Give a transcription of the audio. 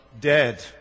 Dead